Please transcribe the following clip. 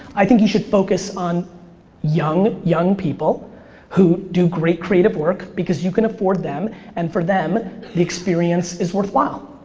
i think you should focus on young, young people who do great creative work because you can afford them and for them the experience is worthwhile.